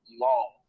law